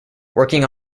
working